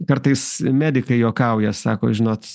kartais medikai juokauja sako žinot